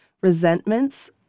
resentments